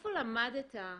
איפה למדת,